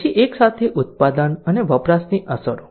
પછી એક સાથે ઉત્પાદન અને વપરાશની અસરો